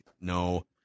no